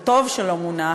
וטוב שלא מונח,